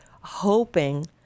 hoping